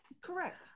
Correct